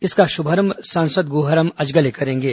इसका शुभारंभ सांसद गुहाराम अजगले करेंगे